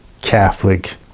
catholic